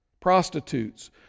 prostitutes